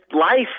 life